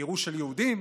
וגירוש של יהודים?